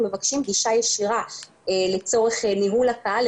אנחנו מבקשים גישה ישירה לצורך ניהול הקהל,